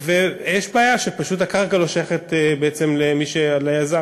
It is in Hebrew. יש בעיה שפשוט הקרקע לא שייכת בעצם ליזם.